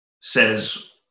says